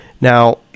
Now